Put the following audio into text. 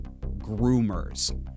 groomers